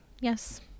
Yes